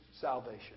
salvation